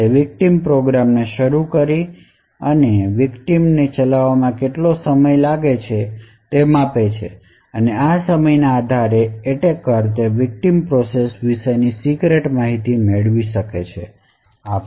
તે વિકટીમ પ્રોગ્રામને શરૂ કરી અને વિકટીમ ને ચલાવવામાં કેટલો સમય લે છે તે માપે છે અને આ